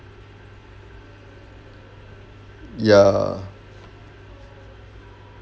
ya